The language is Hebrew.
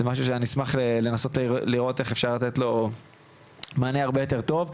זה משהו שאני אשמח לראות איך אפשר לתת לו מענה יותר טוב.